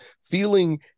feeling